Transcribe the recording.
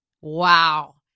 wow